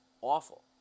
awful